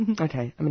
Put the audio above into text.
Okay